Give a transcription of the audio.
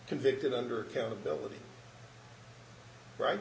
convicted under accountability right